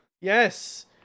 Yes